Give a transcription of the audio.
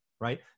Right